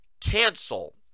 cancel